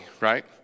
right